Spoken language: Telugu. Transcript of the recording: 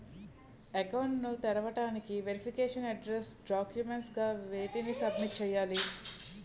అకౌంట్ ను తెరవటానికి వెరిఫికేషన్ అడ్రెస్స్ డాక్యుమెంట్స్ గా వేటిని సబ్మిట్ చేయాలి?